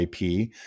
IP